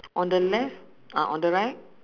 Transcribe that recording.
on the left uh on the right